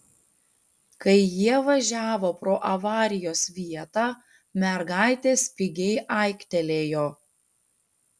kai jie važiavo pro avarijos vietą mergaitė spigiai aiktelėjo